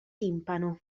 timpano